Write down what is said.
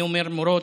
אני אומר מורות,